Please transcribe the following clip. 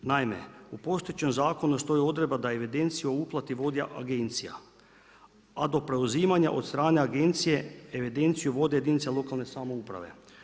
Naime, u postojećem zakonu stoji odredba da evidenciju o uplati vodi agencija, a do preuzimanja od strane agencije evidenciju vode jedinice lokalne samouprave.